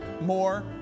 more